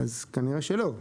כנראה לא.